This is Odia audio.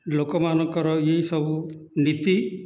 ଲୋକମାନଙ୍କର ଏଇ ସବୁ ନୀତି